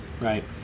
Right